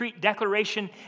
declaration